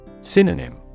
Synonym